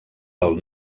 del